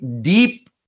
deep